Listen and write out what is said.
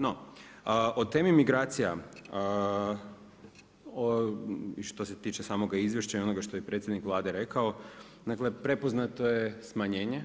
No o temi migracija, što se tiče samoga izvješća i onoga što je predsjednik Vlade rekao, dakle, prepoznato je smanjenje